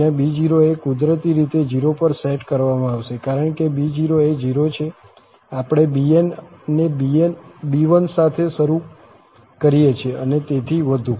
જ્યાં b0 ને કુદરતી રીતે 0 પર સેટ કરવામાં આવશે કારણ કે b0 એ 0 છે આપણેbn ને b1 સાથે શરૂ કરીએ છીએ અને તેથી વધુ